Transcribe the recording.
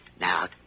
Now